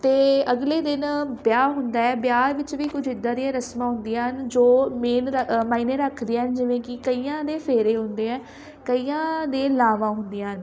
ਅਤੇ ਅਗਲੇ ਦਿਨ ਵਿਆਹ ਹੁੰਦਾ ਹੈ ਵਿਆਹ ਵਿੱਚ ਵੀ ਕੁਝ ਇੱਦਾਂ ਦੀਆਂ ਰਸਮਾਂ ਹੁੰਦੀਆਂ ਹਨ ਜੋ ਮੇਨ ਰ ਮਾਇਨੇ ਰੱਖਦੀਆਂ ਹਨ ਜਿਵੇਂ ਕਿ ਕਈਆਂ ਦੇ ਫੇਰੇ ਹੁੰਦੇ ਹੈ ਕਈਆਂ ਦੇ ਲਾਵਾਂ ਹੁੰਦੀਆਂ ਹਨ